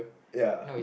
ya